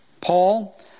Paul